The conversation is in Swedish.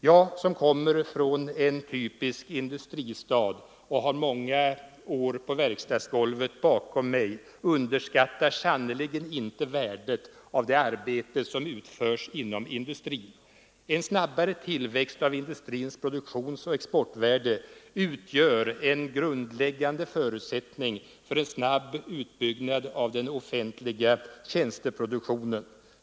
Jag som kommer från en typisk industristad och har många år på verkstadsgolvet bakom mig underskattar sannerligen inte värdet av det arbete som utförs inom industrin. En snabbare tillväxt av industrins produktionsoch exportvärde utgör en grundläggande förutsättning för en snabb utbyggnad av den offentliga tjänsteproduktionen.